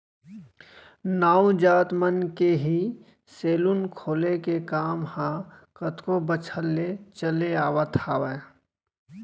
नाऊ जात मन के ही सेलून खोले के काम ह कतको बछर ले चले आवत हावय